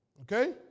Okay